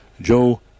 Joe